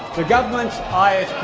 the government's